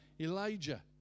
Elijah